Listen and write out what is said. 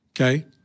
okay